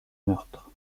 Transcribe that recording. meurtres